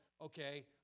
okay